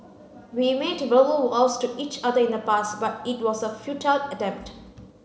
we made verbal vows to each other in the past but it was a futile attempt